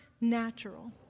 natural